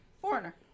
Foreigner